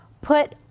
put